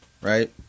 right